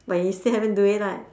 but you still haven't do it right